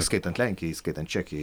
įskaitant lenkiją įskaitant čekij